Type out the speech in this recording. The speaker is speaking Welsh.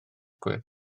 gwyrdd